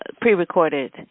pre-recorded